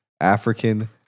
african